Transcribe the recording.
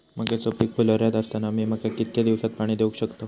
मक्याचो पीक फुलोऱ्यात असताना मी मक्याक कितक्या दिवसात पाणी देऊक शकताव?